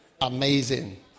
Amazing